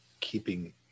keeping